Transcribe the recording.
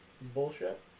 bullshit